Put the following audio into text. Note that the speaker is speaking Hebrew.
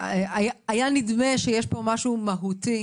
היה נדמה שיש פה משהו מהותי,